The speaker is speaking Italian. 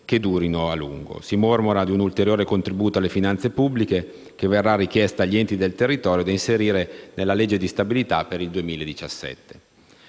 che durino a lungo. Si mormora di un ulteriore contributo alle finanze pubbliche, che verrà richiesto agli enti del territorio, da inserire nella legge di stabilità per il 2017.